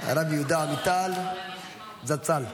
--- הרב יהודה עמיטל זצ"ל.